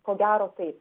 ko gero taip